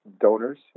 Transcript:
donors